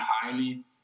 highly